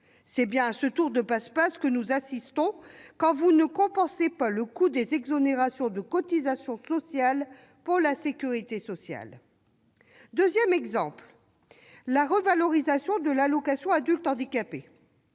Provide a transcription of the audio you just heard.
C'est bien à ce tour de passe-passe que nous assistons, quand vous ne compensez pas le coût des exonérations de cotisations sociales pour la sécurité sociale. Deuxième exemple : la revalorisation de l'AAH. Je souligne